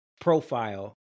profile